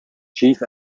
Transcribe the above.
chief